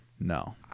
no